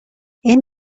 این